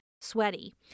sweaty